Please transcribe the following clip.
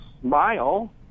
smile